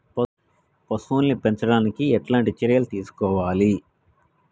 పశువుల్ని పెంచనీకి ఎట్లాంటి చర్యలు తీసుకోవాలే?